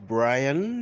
Brian